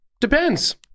depends